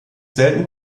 selten